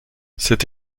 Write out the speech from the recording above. c’est